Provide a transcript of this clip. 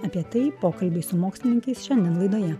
apie tai pokalbyje su mokslininkais šiandien laidoje